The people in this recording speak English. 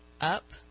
up